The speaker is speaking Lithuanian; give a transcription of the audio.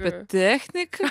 apie techniką